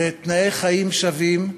בתנאי חיים שווים,